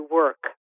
work